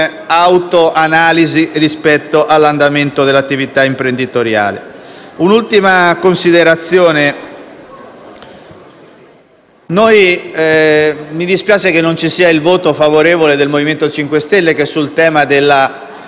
autoanalisi rispetto all'andamento dell'attività imprenditoriale. Vorrei fare un'ultima considerazione: mi dispiace che non vi sia il voto favorevole del Movimento 5 Stelle che si è